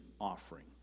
offering